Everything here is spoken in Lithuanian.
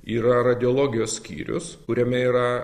yra radiologijos skyrius kuriame yra